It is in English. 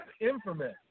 infamous